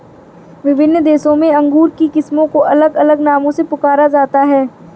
विभिन्न देशों में अंगूर की किस्मों को अलग अलग नामों से पुकारा जाता है